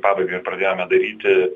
pabaigą ir pradėjome daryti